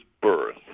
birth